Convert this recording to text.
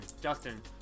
Justin